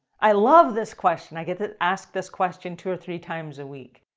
i love this question. i get asked this question two or three times a week.